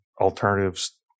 alternatives